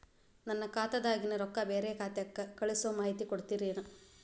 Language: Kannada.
ನನ್ನ ಖಾತಾದಾಗಿನ ರೊಕ್ಕ ಬ್ಯಾರೆ ಖಾತಾಕ್ಕ ಕಳಿಸು ಮಾಹಿತಿ ಕೊಡತೇರಿ?